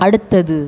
அடுத்தது